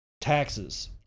taxes